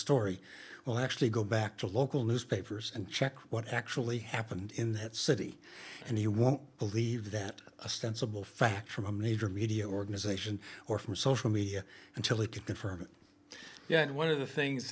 story will actually go back to local newspapers and check what actually happened in that city and he won't believe that a sensible fax from a major media organization or from social media until it could confirm yeah one of the things